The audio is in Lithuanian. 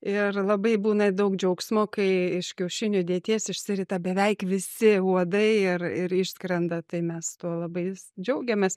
ir labai būna daug džiaugsmo kai iš kiaušinių dėties išsirita beveik visi uodai ir ir išskrenda tai mes tuo labai džiaugiamės